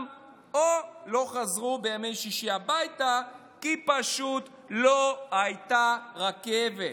או לא חזרו בימי שישי הביתה כי פשוט לא הייתה רכבת?